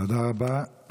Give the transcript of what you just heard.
תודה רבה.